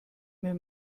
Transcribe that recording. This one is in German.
mehr